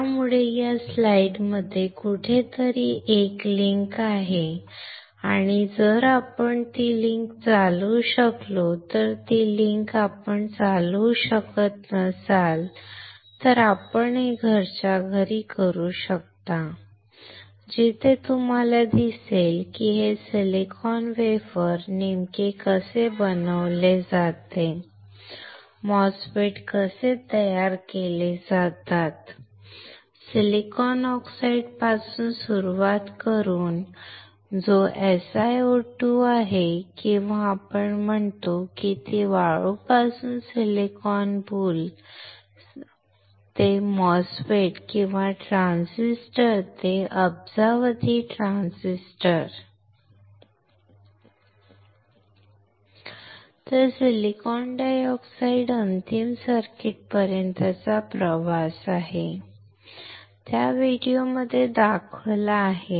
त्यामुळे या स्लाइड्समध्ये कुठेतरी एक लिंक आहे आणि जर आपण ती लिंक चालवू शकलो तर ती लिंक आपण चालवू शकत नसाल तर आपण हे घरच्या घरी करू शकता जिथे तुम्हाला दिसेल की हे सिलिकॉन वेफर नेमके कसे बनवले जाते MOSFET कसे तयार केले जातात सिलिकॉन ऑक्साईडपासून सुरुवात करून जो SiO2 आहे किंवा आपण म्हणतो की ती वाळूपासून सिलिकॉन बुल सिलिकॉन बुल ते MOSFET किंवा ट्रान्झिस्टर ते अब्जावधी ट्रान्झिस्टर तर सिलिकॉन डायऑक्साइडचा अंतिम सर्किटपर्यंतचा प्रवास त्या व्हिडिओमध्ये दाखवला आहे